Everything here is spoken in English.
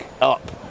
up